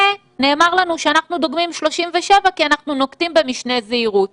ונאמר לנו שאנחנו דוגמים 37 כי אנחנו נוקטים במשנה זהירות.